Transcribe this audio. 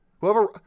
Whoever